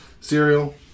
cereal